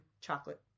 chocolate